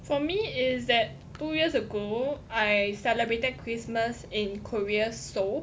for me is that two years ago I celebrated christmas in Korea Seoul